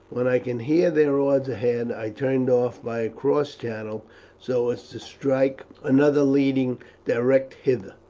when i could hear their oars ahead i turned off by a cross channel so as to strike another leading direct hither.